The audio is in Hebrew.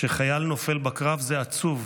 "כשחייל נופל בקרב זה עצוב,